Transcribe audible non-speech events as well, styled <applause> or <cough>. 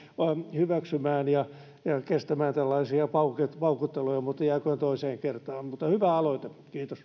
hyväksymään ja kestämään tällaisia paukutteluja mutta jääköön toiseen kertaan hyvä aloite kiitos <unintelligible>